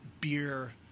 beer